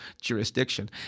jurisdiction